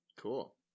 Cool